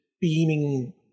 beaming